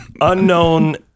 unknown